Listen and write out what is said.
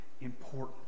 important